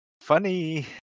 Funny